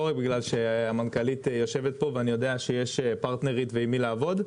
לא רק בגלל שהמנכ"לית יושבת פה ואני יודע שיש פרטנרית ועם מי לעבוד.